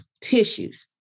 tissues